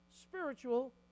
spiritual